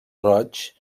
roig